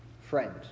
friend